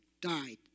died